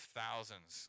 thousands